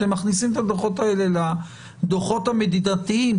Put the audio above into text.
אתם מכניסים את הדוחות האלה לדוחות המדידתיים,